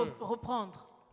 reprendre